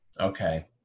Okay